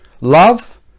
Love